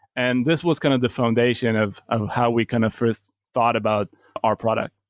and this was kind of the foundation of of how we kind of first thought about our product.